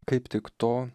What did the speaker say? kaip tik to